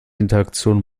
interaktion